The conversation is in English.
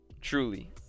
Truly